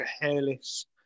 hairless